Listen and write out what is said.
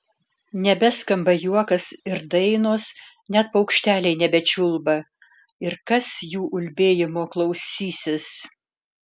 nebeskamba juokas ir dainos net paukšteliai nebečiulba ir kas jų ulbėjimo klausysis